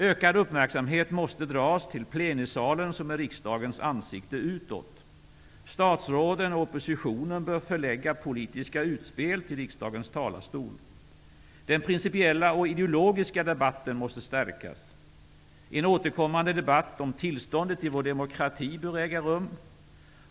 Ökad uppmärksamhet måste riktas mot plenisalen, som är riksdagens ansikte utåt. Statsråden och oppositionen bör förlägga politiska utspel till riksdagens talarstol. Den principiella och ideologiska debatten måste stärkas. En återkommande debatt om tillståndet i vår demokrati bör äga rum.